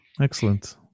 Excellent